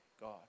God